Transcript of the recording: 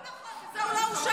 לא נכון, בזה הוא לא הורשע.